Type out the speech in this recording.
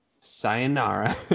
Sayonara